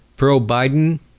Pro-Biden